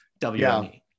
wme